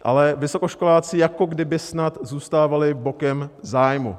Ale vysokoškoláci jako by snad zůstávali bokem zájmu.